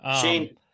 Shane